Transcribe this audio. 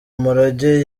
umurage